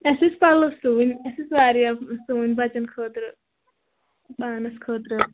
اَسہِ ٲسۍ پَلو سُوٕنۍ اَسہِ ٲسۍ واریاہ سُوٕنۍ بَچن خٲطرٕ پانَس خٲطرٕ